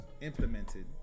implemented